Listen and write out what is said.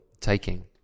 taking